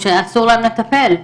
אסור להם לטפל,